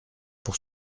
pour